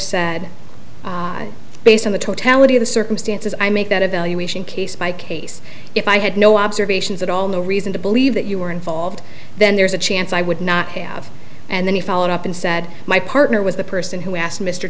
said based on the totality of the circumstances i make that evaluation case by case if i had no observations at all no reason to believe that you were involved then there's a chance i would not have and then you followed up and said my partner was the person who asked mr